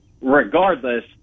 Regardless